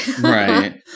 Right